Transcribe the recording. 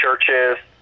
churches